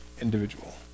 individual